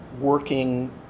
working